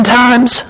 times